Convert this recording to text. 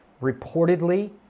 Reportedly